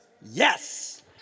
Yes